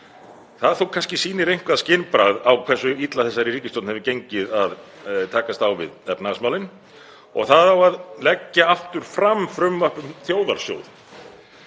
Það sýnir kannski eitthvert skynbragð á hversu illa þessari ríkisstjórn hefur gengið að takast á við efnahagsmálin. Og það á að leggja aftur fram frumvarp um Þjóðarsjóð.